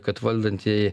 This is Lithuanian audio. kad valdantieji